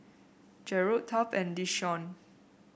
Gerold Taft and Deshawn